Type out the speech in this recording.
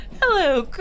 hello